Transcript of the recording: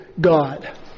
God